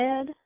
Ed